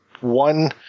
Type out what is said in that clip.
one